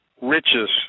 riches